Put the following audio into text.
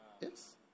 Yes